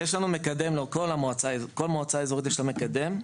כל מועצה אזורית יש לה מקדם.